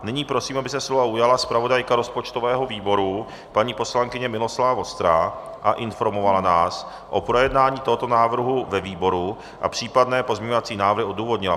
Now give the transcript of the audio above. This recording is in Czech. Nyní prosím, aby se slova ujala zpravodajka rozpočtového výboru paní poslankyně Miloslava Vostrá a informovala nás o projednání tohoto návrhu ve výboru a případné pozměňovací návrhy odůvodnila.